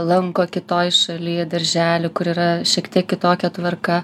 lanko kitoj šaly darželį kur yra šiek tiek kitokia tvarka